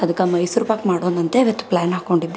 ಅದಕ್ಕೆ ಮೈಸೂರು ಪಾಕ್ ಮಾಡೋಣಂತೆ ಈವತ್ತು ಪ್ಲ್ಯಾನ್ ಹಾಕ್ಕೊಂಡಿದ್ದೆ